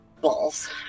Balls